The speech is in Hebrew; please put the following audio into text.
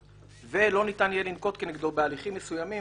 ולא ניתן יהיה לנקוט כנגדו בהליכים מסוימים,